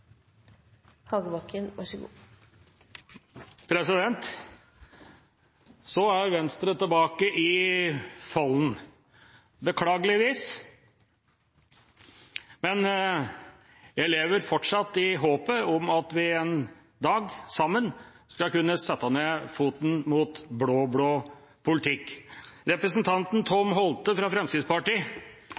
tilbake i folden – beklageligvis – men jeg lever fortsatt i håpet om at vi en dag sammen skal kunne sette ned foten mot blå-blå politikk. Representanten Tom Holthe fra Fremskrittspartiet